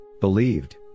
believed